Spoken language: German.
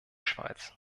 schweiz